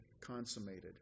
consummated